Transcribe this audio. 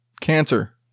cancer